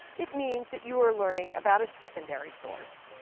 it means that you are learning about a secondary source.